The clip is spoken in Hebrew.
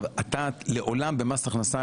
לעולם במס הכנסה,